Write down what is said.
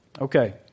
Okay